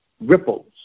ripples